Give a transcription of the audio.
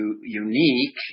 unique